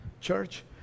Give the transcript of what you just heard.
Church